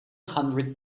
hundred